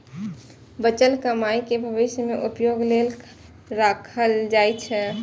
बचल कमाइ कें भविष्य मे उपयोग लेल राखल जाइ छै